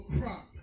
crop